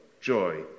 joy